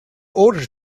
order